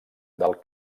del